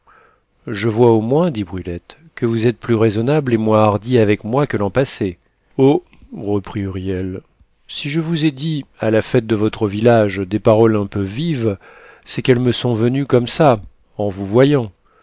je vois au moins dit brulette que vous êtes plus raisonnable et moins hardi avec moi que l'an passé oh reprit huriel si je vous ai dit à la fête de votre village des paroles un peu vives c'est qu'elles me sont venues comme ça en vous voyant